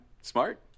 Smart